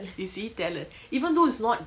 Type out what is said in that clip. you see talent even though it's not